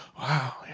wow